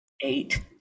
eight